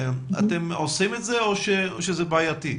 אתם עושים את זה או שזה בעייתי?